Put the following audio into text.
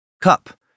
cup